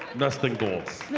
nesting dolls.